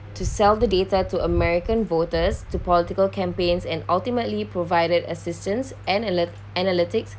to sell the data to american voters to political campaigns and ultimately provided assistance and alert analytics